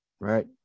Right